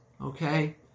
okay